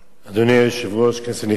אדוני היושב-ראש, כנסת נכבדה,